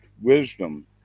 wisdom